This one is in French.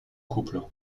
couple